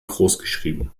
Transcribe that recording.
großgeschrieben